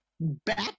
back